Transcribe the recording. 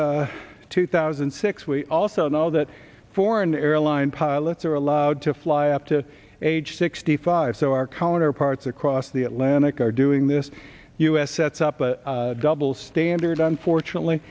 sixth two thousand and six we also know that for an airline pilots are allowed to fly up to age sixty five so our collar parts across the atlantic are doing this to us sets up a double standard unfortunately